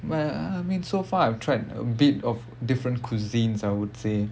well I mean so far I've tried a bit of different cuisines I would say